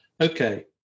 okay